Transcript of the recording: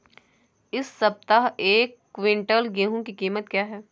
इस सप्ताह एक क्विंटल गेहूँ की कीमत क्या है?